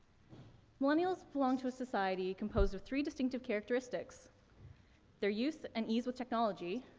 millennials belong to a society composed of three distinctive characteristics their use and ease with technology,